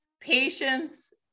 patience